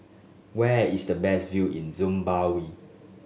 where is the best view in Zimbabwe